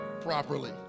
properly